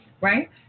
right